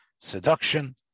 seduction